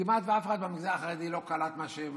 כמעט אף אחד במגזר החרדי לא קלט מה.